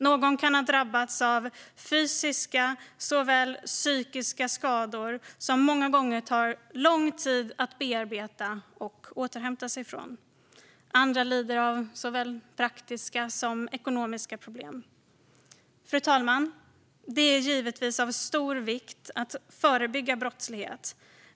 Någon kan ha drabbats av såväl fysiska som psykiska skador som många gånger tar lång tid att bearbeta och återhämta sig från. Andra lider av praktiska eller ekonomiska problem. Fru talman! Det är givetvis av stor vikt att förebygga brottslighet.